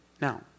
Now